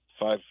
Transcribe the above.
five